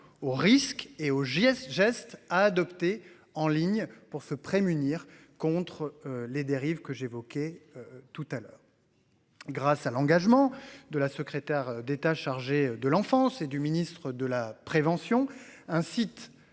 aux risques et aux gestes gestes à adopter en ligne pour se prémunir contre les dérives que j'évoquais tout à l'heure. Grâce à l'engagement de la secrétaire d'État chargé de l'enfance et du ministre de la prévention,